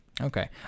Okay